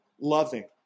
loving